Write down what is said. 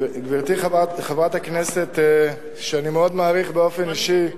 גברתי חברת הכנסת, שאני מאוד מעריך באופן אישי,